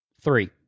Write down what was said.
Three